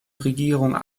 regierung